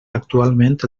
actualment